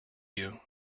you